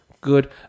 Good